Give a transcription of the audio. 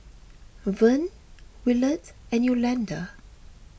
Vern Williard and Yolanda